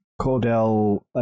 Cordell